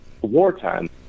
wartime